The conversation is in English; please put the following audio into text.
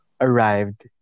arrived